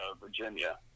Virginia